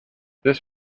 this